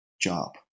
job